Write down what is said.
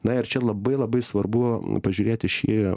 na ir čia labai labai svarbu pažiūrėti šį